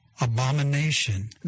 abomination